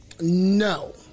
No